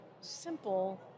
simple